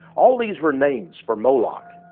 all these were names for molech,